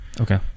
Okay